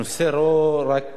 הנושא הוא לא רק